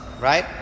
right